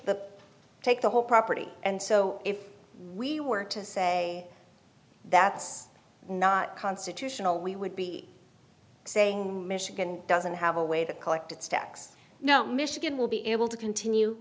the take the whole property and so if we were to say that's not constitutional we would be saying michigan doesn't have a way to collect its tax no michigan will be able to continue